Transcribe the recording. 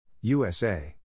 USA